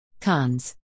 Cons